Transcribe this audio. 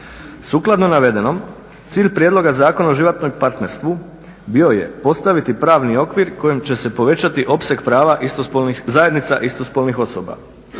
Sukladno navedenom, cilj Prijedloga zakona o životnom partnerstvu bio je postaviti pravni okvir kojim će se povećati opseg prava istospolnih, zajednica istospolnih osoba.